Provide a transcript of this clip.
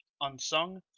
Unsung